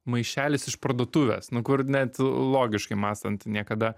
maišelis iš parduotuvės nu kur net logiškai mąstant niekada